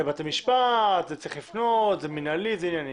זה בתי משפט, צריך לפנות, זה מינהלי וכולי.